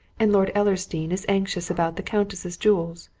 and lord ellersdeane is anxious about the countess's jewels.